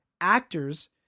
actors